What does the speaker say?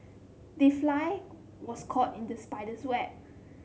the fly was caught in the spider's web